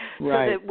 Right